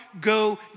go